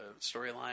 storyline